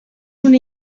una